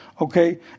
okay